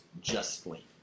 justly